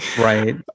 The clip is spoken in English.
Right